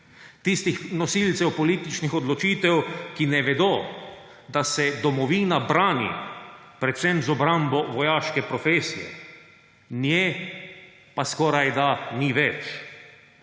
tistih nosilcev političnih odločitev, ki ne vedo, da se domovina brani predvsem z obrambo vojaške profesije, nje pa skorajda ni več.